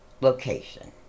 location